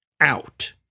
out